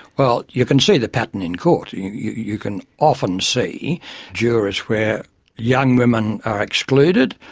well, you can see the pattern in court, you you can often see jurors where young women are excluded,